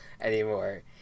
anymore